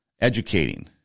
educating